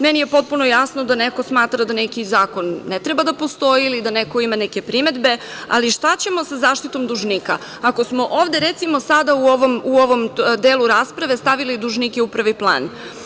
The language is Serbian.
Meni je potpuno jasno da neko smatra da neki zakon ne treba da postoji ili da neko ima neke primedbe, ali šta ćemo sa zaštitom dužnika, ako smo ovde, recimo, sada u ovom delu rasprave stavili dužnike u prvi plan?